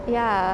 oh